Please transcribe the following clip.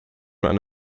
man